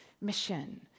mission